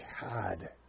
God